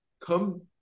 come